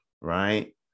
right